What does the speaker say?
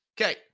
Okay